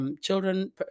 Children